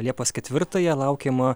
liepos ketvirtąją laukiama